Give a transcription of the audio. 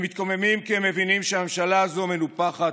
הם מתקוממים כי הם מבינים שהממשלה הזאת מנופחת,